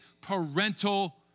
parental